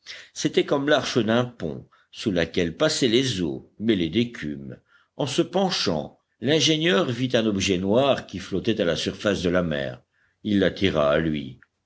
c'était comme l'arche d'un pont sous laquelle passaient les eaux mêlées d'écume en se penchant l'ingénieur vit un objet noir qui flottait à la surface de la mer il l'attira à lui